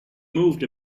moved